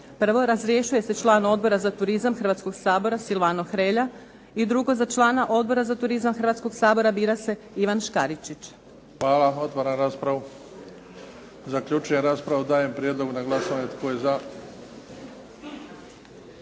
Prvo, razrješuje se član Odbora za turizam Hrvatskoga sabora Silvano Hrelja. Drugo, za člana Odbora za turizam Hrvatskoga sabora bira se Ivan Škaričić. **Bebić, Luka (HDZ)** Hvala. Otvaram raspravu. Zaključujem raspravu. Dajem prijedlog na glasovanje.